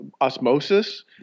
osmosis